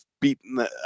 beaten